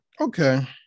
Okay